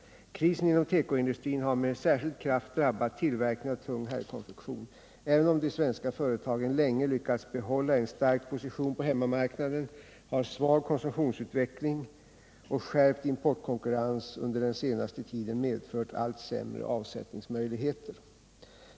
Krisen inom tekoindustrin har med särskild kraft drabbat tillverkning av tung herrkonfektion. Även om de svenska företagen länge lyckats behålla en stark position på hemmamarknaden har svag konsumtionsutveckling och skärpt importkonkurrens under den senaste tiden medfört allt sämre avsättningsmöjligheter.